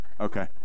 Okay